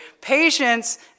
Patience